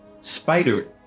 spider